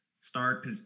start